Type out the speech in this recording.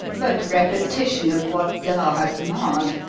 but repetition of what thou hast marr'd,